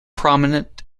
prominent